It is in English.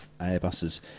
Airbus's